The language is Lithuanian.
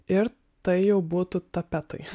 ir tai jau būtų tapetai